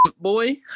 Boy